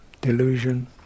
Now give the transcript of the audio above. delusion